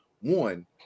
one